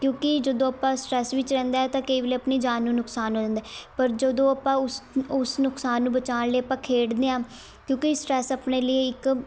ਕਿਉਂਕਿ ਜਦੋਂ ਆਪਾਂ ਸਟਰੈੱਸ ਵਿੱਚ ਰਹਿੰਦੇ ਹੈ ਤਾਂ ਕਈ ਵੇਲੇ ਆਪਣੀ ਜਾਨ ਨੂੰ ਨੁਕਸਾਨ ਹੋ ਜਾਂਦਾ ਹੈ ਪਰ ਜਦੋਂ ਆਪਾਂ ਉਸ ਉਸ ਨੁਕਸਾਨ ਨੂੰ ਬਚਾਉਣ ਲਈ ਆਪਾਂ ਖੇਡਦੇ ਹਾਂ ਕਿਉਂਕਿ ਸਟਰੈੱਸ ਆਪਣੇ ਲਈ ਇੱਕ